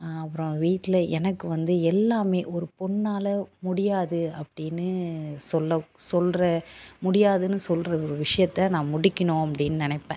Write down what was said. அப்புறம் வீட்டில் எனக்கு வந்து எல்லாமே ஒரு பெண்ணால முடியாது அப்படின்னு சொல்ல சொல்கிற முடியாதுன்னு சொல்கிற ஒரு விஷயத்த நான் முடிக்கணும் அப்படின்னு நினைப்பேன்